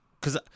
cause